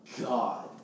God